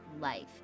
life